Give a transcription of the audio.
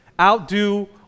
Outdo